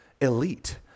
elite